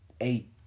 eight